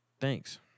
thanks